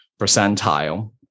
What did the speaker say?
percentile